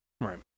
Right